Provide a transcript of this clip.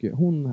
hon